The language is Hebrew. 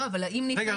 לא, אבל האם ניתן